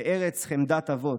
בארץ חמדת אבות,